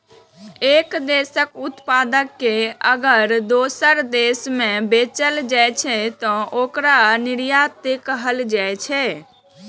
एक देशक उत्पाद कें अगर दोसर देश मे बेचल जाइ छै, तं ओकरा निर्यात कहल जाइ छै